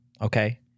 okay